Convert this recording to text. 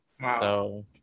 Wow